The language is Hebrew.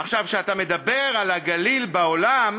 עכשיו, כשאתה מדבר על הגליל בעולם,